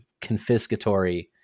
confiscatory